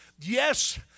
Yes